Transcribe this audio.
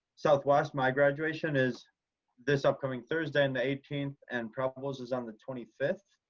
southwest, my graduation is this upcoming thursday, on the eighteenth, and preble's is on the twenty fifth.